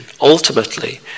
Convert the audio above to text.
ultimately